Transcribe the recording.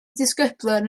disgyblion